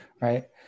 right